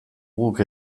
guk